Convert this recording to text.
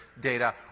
data